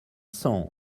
cents